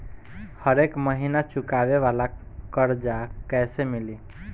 हरेक महिना चुकावे वाला कर्जा कैसे मिली?